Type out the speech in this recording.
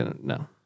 no